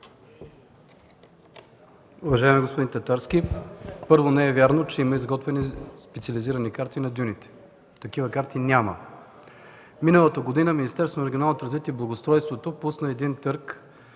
Уважаеми господин Татарски, първо не е вярно, че има изготвени специализирани карти на дюните. Такива карти няма. Миналата година Министерството на регионалното развитие и благоустройството пусна един търг